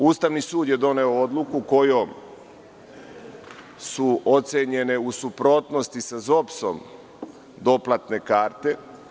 Ustavni sud je doneo odluku kojom su ocenjene u suprotnosti sa ZOPS doplatne karte.